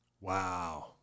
Wow